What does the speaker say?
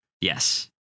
Yes